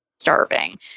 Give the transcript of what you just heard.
starving